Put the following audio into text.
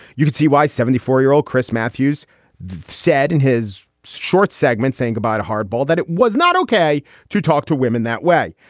you could see why seventy four year old chris matthews said in his short segment saying goodbye to hardball that it was not okay to talk to women that way.